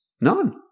None